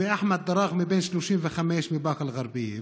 ואחמד דראכמה, בן 35 מבאקה אל-גרבייה.